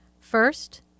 First